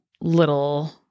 little